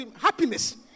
happiness